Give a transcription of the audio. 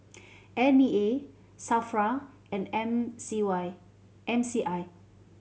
N E A SAFRA and M C Y M C I